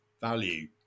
value